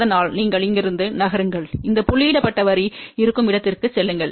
அதனால் நீங்கள் இங்கிருந்து நகருங்கள் இந்த புள்ளியிடப்பட்ட வரி இருக்கும் இடத்திற்குச் செல்லுங்கள்